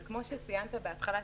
אבל כמו שציינת בהתחלה,